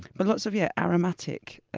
but lots of yeah aromatic.